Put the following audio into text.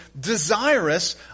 desirous